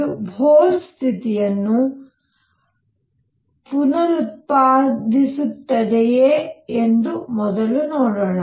ಇದು ಬೋರ್ ಸ್ಥಿತಿಯನ್ನು ಪುನರುತ್ಪಾದಿಸುತ್ತದೆಯೇ ಎಂದು ಮೊದಲು ನೋಡೋಣ